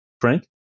Frank